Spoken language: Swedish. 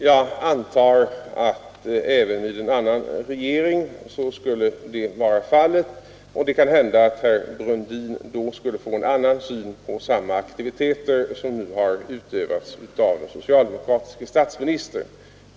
Jag antar att även i fråga om en annan regering skulle det vara fallet, och det kan hända att herr Brundin då skulle få en annan syn på samma aktiviteter som nu har utövats av den socialdemokratiske statsministern.